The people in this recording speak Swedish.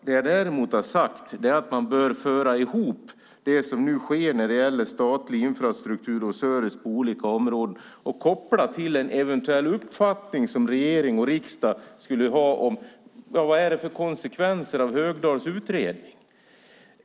Det jag däremot har sagt är att man bör föra ihop det som nu sker när det gäller statlig infrastruktur och service på olika områden och koppla det till en eventuell uppfattning som regering och riksdag skulle ha: Vilka är konsekvenserna av Högdahls utredning?